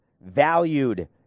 valued